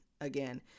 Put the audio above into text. again